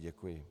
Děkuji.